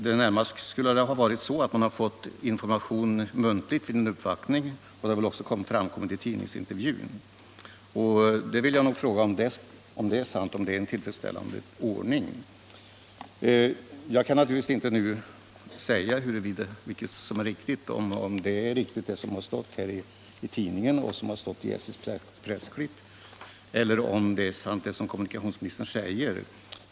Det skulle ha varit så att man fått muntlig information vid en uppvaktning, och det har väl också kommit fram upplysningar vid tidningsintervjun. Om detta är sant vill jag fråga om det i så fall kan anses vara en tillfredsställande ordning. Jag kan naturligtvis inte säga om det som stått i tidningen och i SJ:s pressklipp är riktigt eller om det som kommunikationsministern säger är sant.